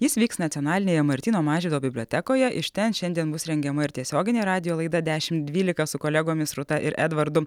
jis vyks nacionalinėje martyno mažvydo bibliotekoje iš ten šiandien bus rengiama ir tiesioginė radijo laida dešimt dvylika su kolegomis rūta ir edvardu